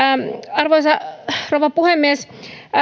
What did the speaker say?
arvoisa rouva puhemies